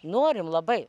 norim labai